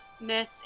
Myth